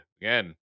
Again